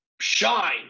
Shine